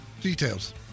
details